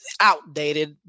outdated